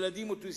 ילדים אוטיסטים.